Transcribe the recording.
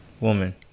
woman